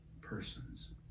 persons